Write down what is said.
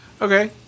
Okay